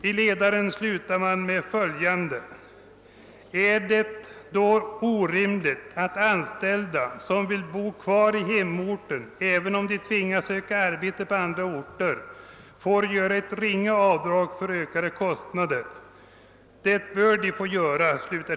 I ledaren slutar man med följande: »är det då orimligt att anställda som vill bo kvar i hemorten, även om de tvingas söka arbete på andra orter, får göra ett ringa avdrag för ökade kostnader? Det bör de få göra.